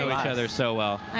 each other so well.